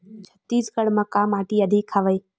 छत्तीसगढ़ म का माटी अधिक हवे?